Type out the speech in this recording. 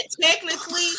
technically